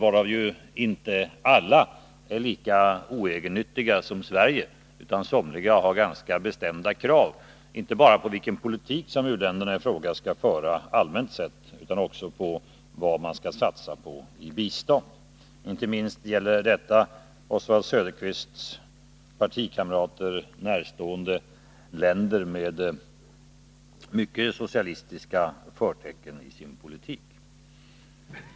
Av dem är inte alla lika oegennyttiga som Sverige, utan somliga har ganska bestämda krav inte bara på vilken politik som u-länderna i fråga skall föra allmänt sett, utan också på vad man skall satsa på i bistånd. Inte minst gäller detta Oswald Söderqvist och hans partikamrater närstående länder med mycket socialistiska förtecken i sin politik.